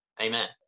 Amen